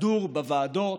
סדור בוועדות,